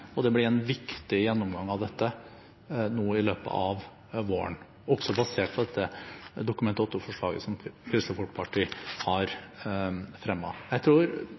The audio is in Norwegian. Det blir en viktig gjennomgang av dette i løpet av våren, også basert på det Dokument 8-forslaget som Kristelig Folkeparti har fremmet. Jeg tror